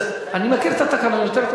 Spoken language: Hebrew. אני מכיר את התקנון יותר טוב